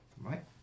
Right